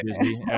busy